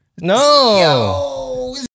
No